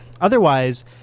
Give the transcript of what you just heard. otherwise